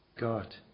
God